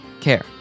care